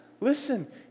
listen